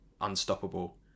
unstoppable